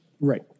Right